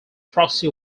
frosty